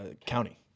County